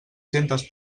centes